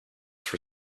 for